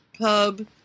pub